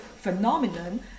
phenomenon